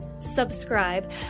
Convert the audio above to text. Subscribe